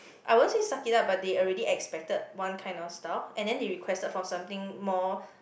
I won't say suck it up but they already expected one kind of style and then they requested for something more